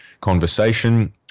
conversation